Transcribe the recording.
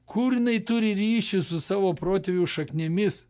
kur jinai turi ryšį su savo protėvių šaknimis